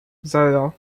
zero